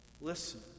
Listen